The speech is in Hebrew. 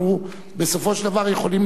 אנחנו בסופו של דבר יכולים,